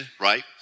right